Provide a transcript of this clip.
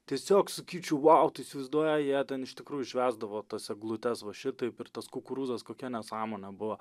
tiesiog sakyčiau vau tu įsivaizduoji jie ten iš tikrųjų švęsdavo tas eglutes va šitaip ir tas kukurūzas kokia nesąmonė buvo